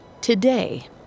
Today